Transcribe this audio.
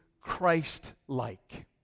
Christ-like